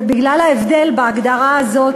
ובגלל ההבדל בהגדרה הזאת,